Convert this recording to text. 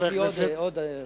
יש לי עוד הודעה.